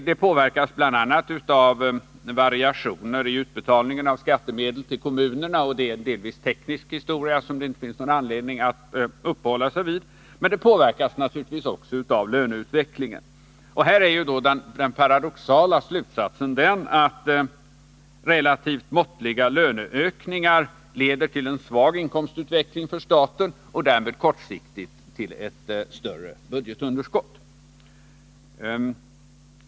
Det påverkas bl.a. av variationer i utbetalningen av skattemedel till kommunerna. Och det är delvis en teknisk historia som det inte finns någon anledning att uppehålla sig vid. Men det påverkas naturligtvis också av löneutvecklingen. Här blir då den paradoxala slutsatsen att relativt måttliga löneökningar leder till en svag inkomstutveckling för staten och därmed kortsiktigt till ett större budgetunderskott.